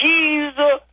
Jesus